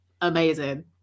amazing